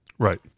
Right